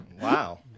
Wow